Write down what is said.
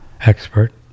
expert